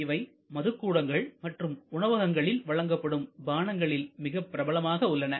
இவை மதுக்கூடங்கள் மற்றும் உணவகங்களில் வழங்கப்படும் பானங்களில் மிகப் பிரபலமாக உள்ளன